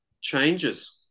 Changes